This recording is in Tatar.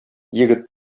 егет